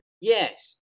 Yes